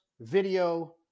video